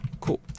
Cool